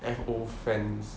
F_O friends